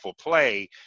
play